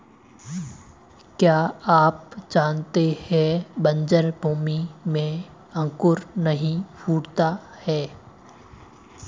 क्या आप जानते है बन्जर भूमि में अंकुर नहीं फूटता है?